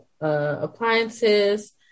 appliances